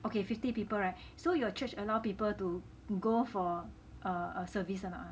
okay fifty people [right] so your church allow people to go for err service or not